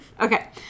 okay